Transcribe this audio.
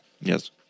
Yes